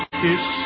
kiss